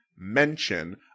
mention